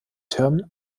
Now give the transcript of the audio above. türmen